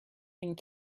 and